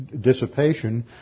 dissipation